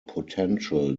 potential